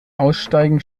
aussteigen